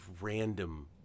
random